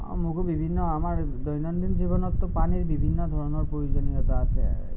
মোকো বিভিন্ন আমাৰ দৈনন্দিন জীৱনতটো পানীৰ বিভিন্ন প্ৰয়োজনীয়তা আছে